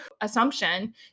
assumption